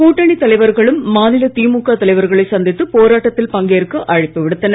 கூட்டணித் தலைவர்களும் மாநில திமுக தலைவர்களை சந்தித்து போராட்டத்தில் பங்கேற்க அழைப்பு விடுத்தனர்